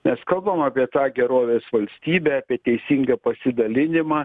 mes kalbam apie tą gerovės valstybę apie teisingą pasidalinimą